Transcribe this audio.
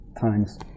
times